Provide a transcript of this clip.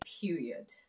period